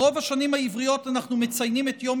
ברוב השנים העבריות אנחנו מציינים את יום